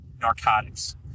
narcotics